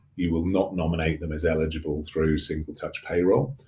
you will not nominate them as eligible through single touch payroll.